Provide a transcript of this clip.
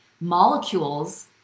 molecules